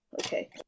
okay